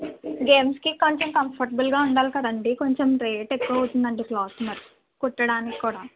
గేమ్స్కి కొంచెం కంఫర్టబుల్గా ఉండాలి కదండీ కొంచెం రేటు ఎక్కువ అవుతుంది అండి క్లాత్ మరి కుట్టడానికి కూడా